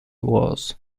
wars